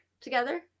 together